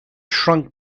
shrunk